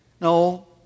No